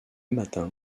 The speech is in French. matin